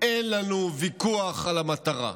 אין לנו ויכוח על המטרה.